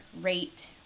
rate